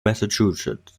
massachusetts